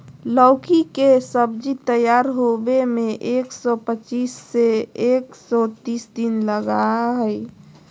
लौकी के सब्जी तैयार होबे में एक सौ पचीस से एक सौ तीस दिन लगा हइ